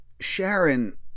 Sharon